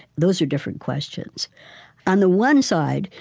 those are different questions on the one side,